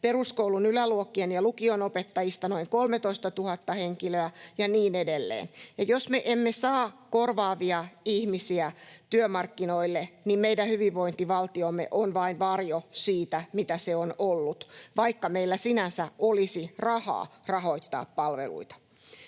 peruskoulun yläluokkien ja lukion opettajista noin 13 000 henkilöä ja niin edelleen. Ja jos me emme saa korvaavia ihmisiä työmarkkinoille, niin meidän hyvinvointivaltiomme on vain varjo siitä, mitä se on ollut, vaikka meillä sinänsä olisi rahaa rahoittaa palveluita.